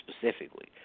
specifically